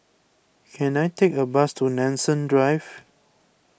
can I take a bus to Nanson Drive